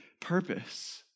purpose